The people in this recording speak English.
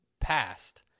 past